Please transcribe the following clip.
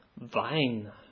vine